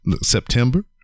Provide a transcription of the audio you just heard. September